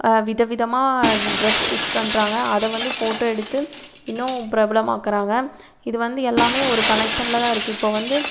வித விதமாக dress stitch பண்ணுறாங்க அதை வந்து ஃபோட்டோ எடுத்து இன்னும் பிரபலமாக்கிறாங்க இது வந்து எல்லாம் ஒரு கனக்ஷனில் தான் இருக்கு இப்போ வந்து